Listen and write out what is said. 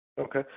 Okay